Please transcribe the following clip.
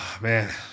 man